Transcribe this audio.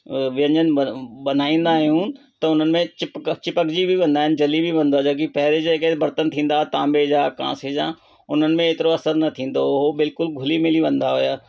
व्यंजन बनाईंदा आहियूं त उन्हनि में चिपक चिपकिजी बि वेंदा आहिनि जली बि वेंदो आहे जबकी पहिरीं जेके बर्तन थींदा आहे तांबे जा कांसे जा उन्हनि में एतिरो असरु न थींदो हो बिल्कुलु घुली मिली वेंदा हुया